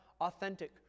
authentic